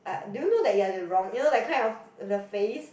um do you know that you're the wrong you know that kind of the face